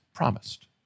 promised